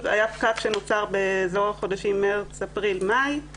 היה פקק שנוצר בחודשים מארס, אפריל ומאי.